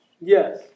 yes